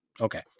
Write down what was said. Okay